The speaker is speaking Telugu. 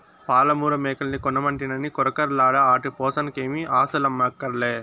పాలమూరు మేకల్ని కొనమంటినని కొరకొరలాడ ఆటి పోసనకేమీ ఆస్థులమ్మక్కర్లే